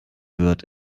wird